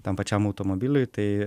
tam pačiam automobiliui tai